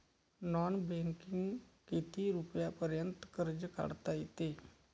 Non बँकिंगनं किती रुपयापर्यंत कर्ज काढता येते?